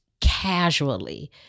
casually